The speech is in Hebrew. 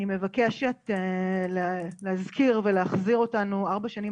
אני מבקשת להזכיר ולהחזיר אותנו ארבע שנים